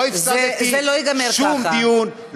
לא הפסדתי שום דיון,